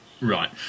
Right